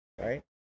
right